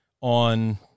on